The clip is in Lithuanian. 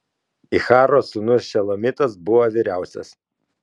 iccharo sūnus šelomitas buvo vyriausias